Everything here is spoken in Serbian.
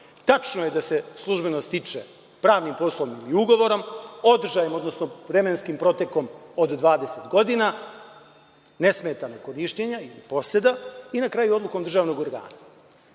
Tačno je da se službeno stiče pravnim i poslovnim ugovorom, vremenskim protekom od 20 godina nesmetanog korišćenja i poseda i na kraju odlukom državnog organa. Nije